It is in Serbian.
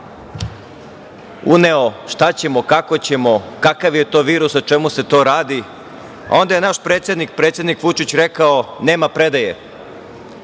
šta ćemo, kako ćemo, kakav je to virus, o čemu se to radi. Onda je naš predsednik, predsednik Vučić rekao: „Nema predaje!